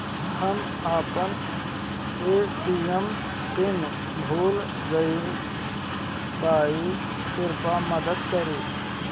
हम अपन ATM pin भूल गएल बानी, कृपया मदद करीं